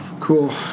Cool